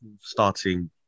starting